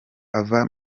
ava